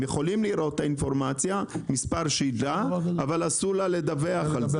הם יוכלו לראות את האינפורמציה מספר שלדה אבל אסור להם לדווח על זה.